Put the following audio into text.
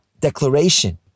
declaration